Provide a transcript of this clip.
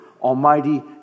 almighty